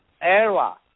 era